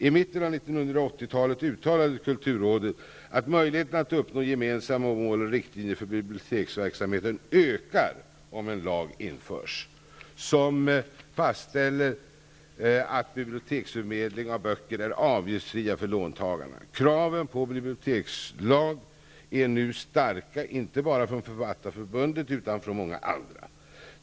I mitten av 1980-talet uttalade kulurrådet att möjligheten att uppnå gemensamma mål och riktlinjer för biblioteksverksamheten ökar om en lag införs, som fastställer att biblioteksförmedling av böcker är avgiftsfri för låntagarna. Kraven på bibliotekslag är nu starka, inte bara från Författarförbundet utan även från många andra.